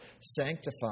sanctify